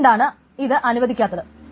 അതുകൊണ്ടാണ് ഇത് അനുവദിക്കാത്തത്